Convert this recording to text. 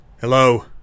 Hello